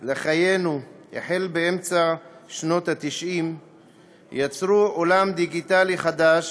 לחיינו באמצע שנות ה-90 יצרו עולם דיגיטלי חדש